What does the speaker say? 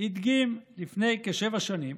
הדגים לפני כשבע שנים